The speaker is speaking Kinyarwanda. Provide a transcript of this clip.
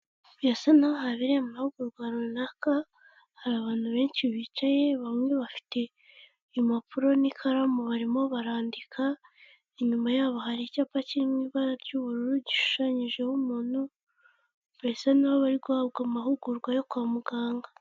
Birasa naho habereye amahugurwa runaka, hari abantu benshi bicaye bamwe bafite impapuro n'ikaramu barimo barandika, inyuma yabo hari icyapa kirimo ibara ry'ubururu gishushanyijeho, umuntu birasa n'aho bari guhabwa amahugurwa yo kwa muganga.